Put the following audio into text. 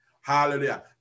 Hallelujah